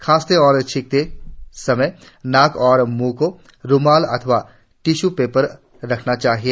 खांसते और छींकतेसमय नाक और मुंह पर रूमाल अथवा टिश्यू पेपर रखना चाहिए